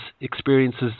experiences